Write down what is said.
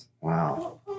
Wow